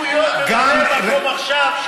שהוא יו"ר ממלא מקום עכשיו,